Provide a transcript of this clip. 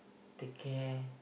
take care